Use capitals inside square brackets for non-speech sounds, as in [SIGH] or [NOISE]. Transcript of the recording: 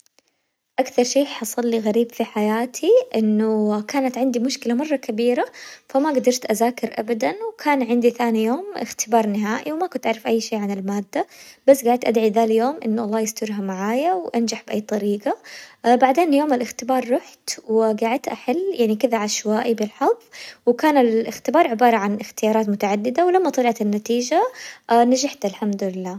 أكثر شي حصلي غريب في حياتي إنه كانت عندي مشكلة مرة كبيرة فما قدرت أزاكر أبداً، وكان عندي ثاني يوم اختبار نهائي وما كنت أعرف أي شي عن المادة، بس قعدت أدعي ذا اليوم إنه الله يسترها معايا وأنجح بأي طريقة، [HESITATION] بعدين يوم الاختبار روحت وقعدت أحل يعني كذا عشوائي بالحظ وكان الاختبار عبارة عن اختيارات متعددة، ولما طلعت النتيجة [HESITATION] نجحت الحمد لله.